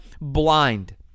blind